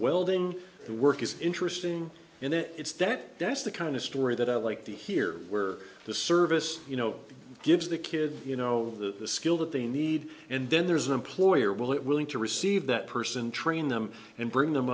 welding the work is interesting in it it's that that's the kind of story that i'd like to hear where the service you know gives the kid you know the skill that they need and then there's an employer will it willing to receive that person train them and bring them